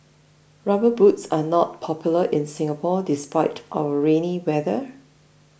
rubber boots are not popular in Singapore despite our rainy weather